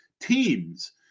teams